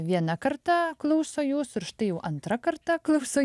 viena karta klauso jūsų ir štai jau antra karta klauso